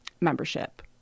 membership